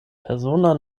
persona